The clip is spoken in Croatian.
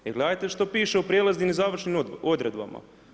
Jer gledajte što piše u prijelaznim i završnim odredbama.